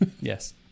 Yes